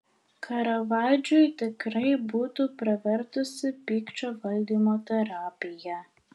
karavadžui tikrai būtų pravertusi pykčio valdymo terapija